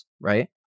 Right